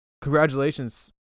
Congratulations